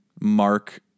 Mark